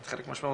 חלק משמעותי,